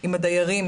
עם הדיירים,